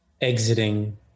Exiting